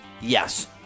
Yes